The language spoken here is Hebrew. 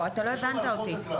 אתה לא הבנת אותי.